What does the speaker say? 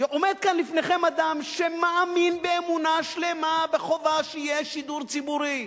עומד כאן לפניכם אדם שמאמין באמונה שלמה בחובה שיהיה שידור ציבורי.